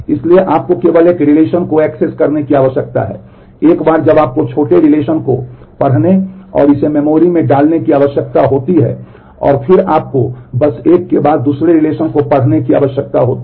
इसलिए आपको केवल एक रिलेशन को पढ़ने की आवश्यकता होती है